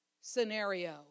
scenario